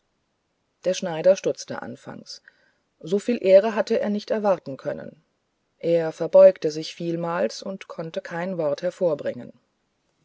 der schneider stutzte anfangs soviel ehre hatte er nicht erwarten können er verbeugte sich vielmals und konnte kein wort hervorbringen